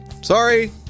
Sorry